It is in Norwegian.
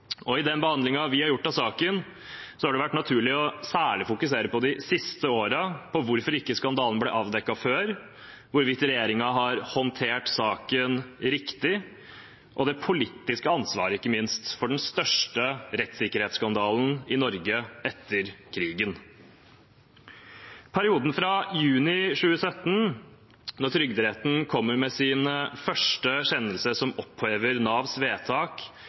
I den behandlingen vi har gjort av saken, har det vært naturlig særlig å fokusere på de siste årene, på hvorfor ikke skandalen ble avdekket før, hvorvidt regjeringen har håndtert saken riktig, og ikke minst det politiske ansvaret for den største rettssikkerhetsskandalen i Norge etter krigen. Perioden fra juni 2017, når Trygderetten kommer med sine første kjennelser som opphever Navs vedtak